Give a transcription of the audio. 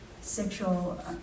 sexual